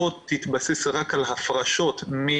לא יתבסס רק על הפרשות של